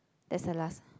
that's the last